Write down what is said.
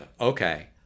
Okay